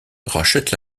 rachète